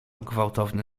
gwałtowny